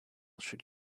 should